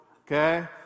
okay